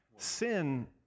Sin